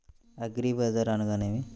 అగ్రిబజార్ అనగా నేమి?